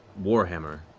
warhammer